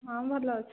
ହଁ ଭଲ ଅଛି